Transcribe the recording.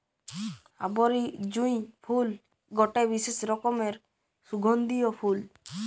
আরবি জুঁই ফুল গটে বিশেষ রকমের সুগন্ধিও ফুল